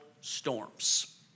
storms